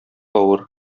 авыр